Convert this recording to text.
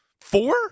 Four